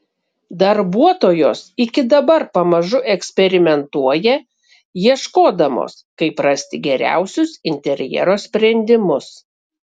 darbuotojos iki dabar pamažu eksperimentuoja ieškodamos kaip rasti geriausius interjero sprendimus